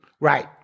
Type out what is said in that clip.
Right